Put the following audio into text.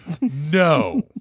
No